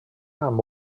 amb